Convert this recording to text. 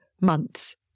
months